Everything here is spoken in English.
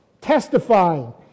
testifying